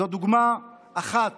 זו דוגמה אחת